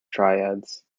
triads